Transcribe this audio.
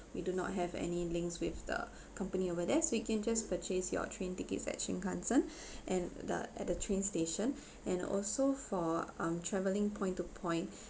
we do not have any links with the company over there so you can just purchase your train tickets at shinkansen and the at the train station and also for um traveling point to point